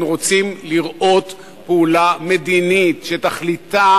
אנחנו רוצים לראות פעולה מדינית שתכליתה